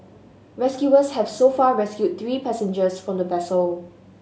rescuers have so far rescued three passengers from the vessel